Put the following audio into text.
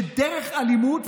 שדרך אלימות,